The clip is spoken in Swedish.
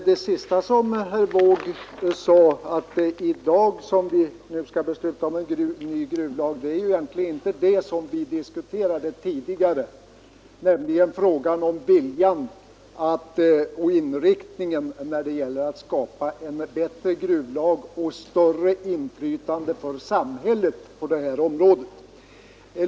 Fru talman! Herr Wååg sade att det är i dag som vi skall besluta om en gruvlag. Det var egentligen inte det vi diskuterade tidigare, utan här gällde det viljan och inriktningen att skapa en bättre gruvlag och ett större inflytande för samhället på detta område.